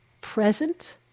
present